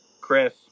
Chris